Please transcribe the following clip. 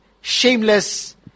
shameless